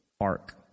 ark